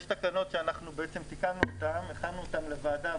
יש תקנות שאנחנו תיקנו אותן והכנו אותן לוועדה,